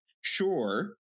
Sure